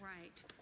Right